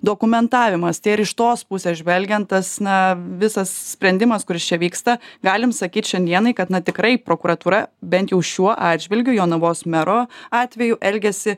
dokumentavimas tai ar iš tos pusės žvelgiant tas na visas sprendimas kuris čia vyksta galim sakyt šiandienai kad na tikrai prokuratūra bent jau šiuo atžvilgiu jonavos mero atveju elgiasi